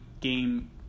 game